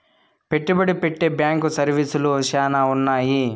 పెట్టుబడి పెట్టే బ్యాంకు సర్వీసులు శ్యానా ఉన్నాయి